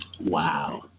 Wow